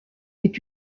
est